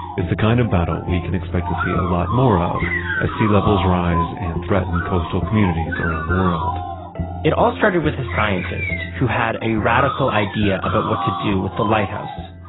it's the kind of battle we can expect to see a lot more of as sea levels rise and threatened coastal communities around the world it all started with a scientist who had a radical idea about what to do with the lighthouse.